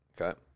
Okay